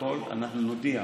אנחנו נודיע